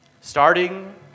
Starting